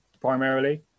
primarily